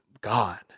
God